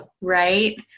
Right